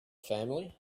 family